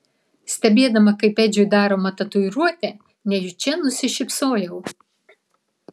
stebėdama kaip edžiui daroma tatuiruotė nejučia nusišypsojau